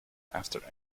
after